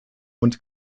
und